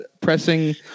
pressing